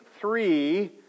three